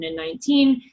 2019